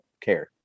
care